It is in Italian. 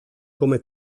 come